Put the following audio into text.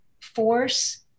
force